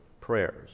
prayers